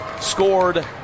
scored